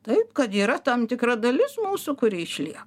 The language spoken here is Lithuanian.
taip kad yra tam tikra dalis mūsų kuri išlie